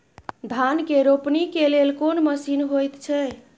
धान के रोपनी के लेल कोन मसीन होयत छै?